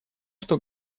что